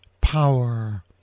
power